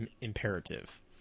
imperative